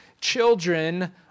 children